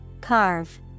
Carve